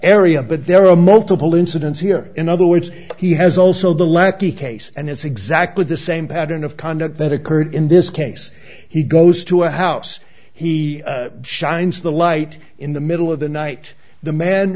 area but there are multiple incidents here in other words he has also the lackey case and it's exactly the same pattern of conduct that occurred in this case he goes to a house he shines the light in the middle of the night the man